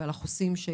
ועל החוסים.